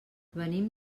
venim